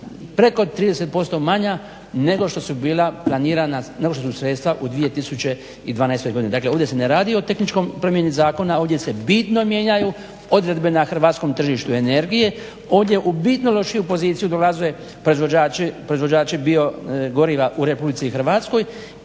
preko 30% manja nego što su sredstva u 2012.godini. Dakle ovdje se ne radi o tehničkoj promjeni zakona, ovdje se bitno mijenjaju odredbe na hrvatskom tržištu energije, ovdje u bitno lošiju poziciju dolaze proizvođači biogoriva u Republici Hrvatskoj